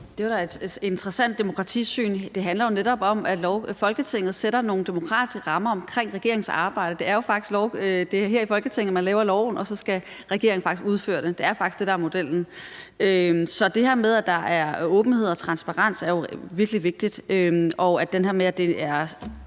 Det var da et interessant demokratisyn. Det handler jo netop om, at Folketinget sætter nogle demokratiske rammer omkring regeringens arbejde. Det er jo faktisk her i Folketinget, man laver loven, og så skal regeringen udføre det. Det er faktisk det, der er modellen. Så det her med, at der er åbenhed og transparens er jo virkelig vigtigt, og det er også det her med, at det er